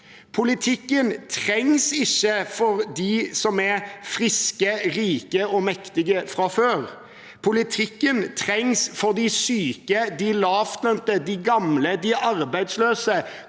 Politikk trengs ikke for dem som er friske, rike og mektige fra før. Politikk trengs for de syke, de lavtlønte, de gamle og de arbeidsløse